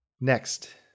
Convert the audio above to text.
Next